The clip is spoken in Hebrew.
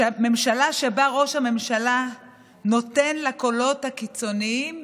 ממשלה שבה ראש הממשלה נותן לקולות הקיצוניים